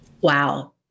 Wow